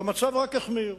והמצב רק החמיר.